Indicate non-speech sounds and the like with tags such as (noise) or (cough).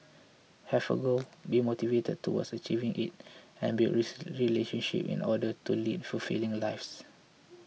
have a goal be motivated towards achieving it and build (unintelligible) relationships in order to lead fulfilling lives